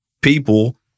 people